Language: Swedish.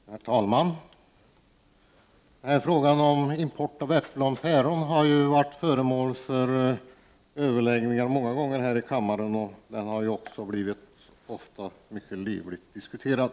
Herr talman! Den här frågan om import av äpplen och päron har ju varit föremål för överläggning många gånger här i kammaren och har ofta blivit mycket livligt diskuterad.